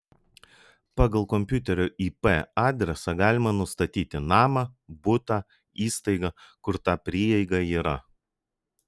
pagal kompiuterio ip adresą galima nustatyti namą butą įstaigą kur ta prieiga yra